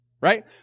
right